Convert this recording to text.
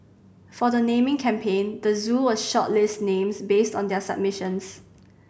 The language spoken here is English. for the naming campaign the zoo will shortlist names based on the submissions